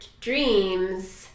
dreams